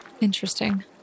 Interesting